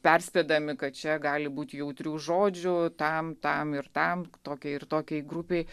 perspėdami kad čia gali būt jautrių žodžių tam tam ir tam tokiai ir tokiai grupei